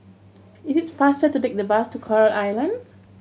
it is faster to take the bus to Coral Island